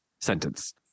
sentence